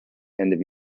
and